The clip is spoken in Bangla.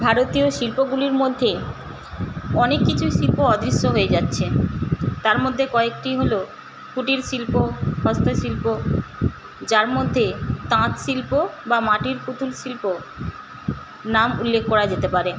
ভারতীয় শিল্পগুলির মধ্যে অনেক কিছুই শিল্প অদৃশ্য হয়ে যাচ্ছে তার মধ্যে কয়েকটি হলো কুটির শিল্প হস্তশিল্প যার মধ্যে তাঁতশিল্প বা মাটির পুতুল শিল্পর নাম উল্লেখ করা যেতে পারে